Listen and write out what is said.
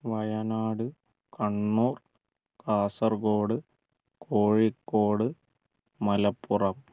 Wayanad Kannur Kasaragod Kozhikode Malappuram